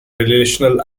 relational